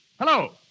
Hello